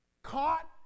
Caught